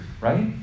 right